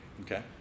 okay